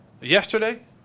yesterday